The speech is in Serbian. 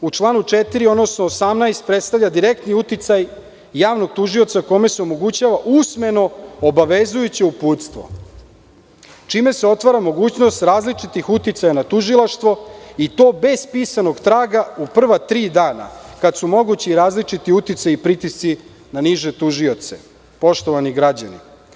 U članu 4. odnosno 18. predstavlja direktni uticaj javnog tužioca kome se omogućava usmeno obavezujuće uputstvo čime se otvara mogućnost različitih uticaja na tužilaštvo i to bez pisanog traga u prva tri dana kada su mogući različiti uticaji i pritisci na niže tužioce, poštovani građani.